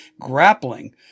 grappling